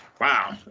Wow